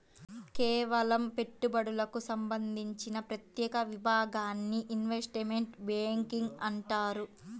కేవలం పెట్టుబడులకు సంబంధించిన ప్రత్యేక విభాగాన్ని ఇన్వెస్ట్మెంట్ బ్యేంకింగ్ అంటారు